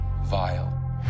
vile